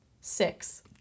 six